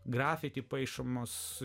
grafikai paišomos